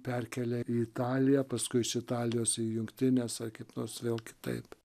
perkelia į italiją paskui iš italijos į jungtines ar kitos vėl kitaip